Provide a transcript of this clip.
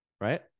right